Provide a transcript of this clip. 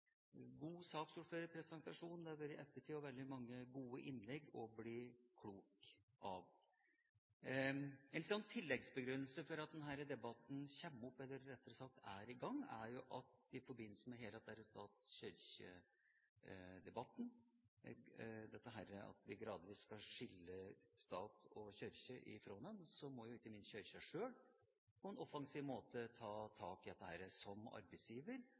god saksordførerpresentasjon og veldig mange gode innlegg å bli klok av. En tilleggsbegrunnelse for at denne debatten kommer opp, eller rettere sagt er i gang, er at i forbindelse med hele denne stat–kirke-debatten – dette at vi gradvis skal skille stat og kirke fra hverandre – må ikke minst Kirken selv på en offensiv måte ta tak i dette som arbeidsgiver